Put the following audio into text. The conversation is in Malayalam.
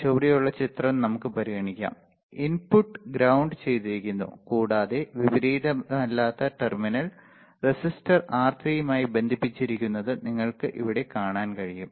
ചുവടെയുള്ള ഒരു ചിത്രം നമുക്ക് പരിഗണിക്കാം ഇന്പുട്ട് ഗ്രൌണ്ട് ചെയ്തിരിക്കുന്നു കൂടാതെ വിപരീതമല്ലാത്ത ടെർമിനൽ റെസിസ്റ്റർ R3യുമായി ബന്ധിപ്പിച്ചിരിക്കുന്നതുമായിട്ട് നിങ്ങൾക്ക് ഇവിടെ കാണാൻ കഴിയും